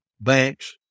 banks